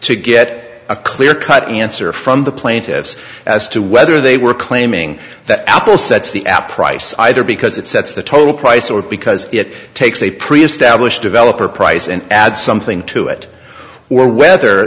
to get a clear cut answer from the plaintiffs as to whether they were claiming that apple sets the app price either because it sets the total price or because it takes a pre established developer price and add something to it or whether